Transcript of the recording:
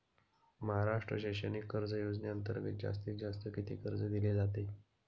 महाराष्ट्र शैक्षणिक कर्ज योजनेअंतर्गत जास्तीत जास्त किती कर्ज दिले जाते?